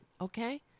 Okay